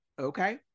okay